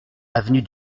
avenue